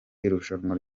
irushanwa